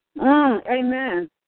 Amen